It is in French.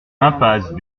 impasse